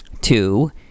Two